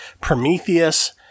prometheus